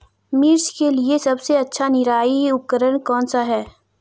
मिर्च के लिए सबसे अच्छा निराई उपकरण कौनसा है?